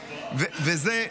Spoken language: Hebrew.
וזה,